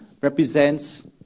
represents